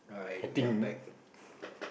alright we are back